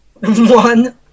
One